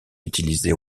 utilisés